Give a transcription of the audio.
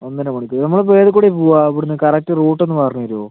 ഒന്നര മണിക്കൂർ നമ്മൾ ഇപ്പം ഏതിൽ കൂടിയാണ് പോവുക ഇവിടെനിന്ന് കറക്ട് റൂട്ട് ഒന്ന് പറഞ്ഞുതരുമോ